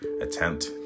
attempt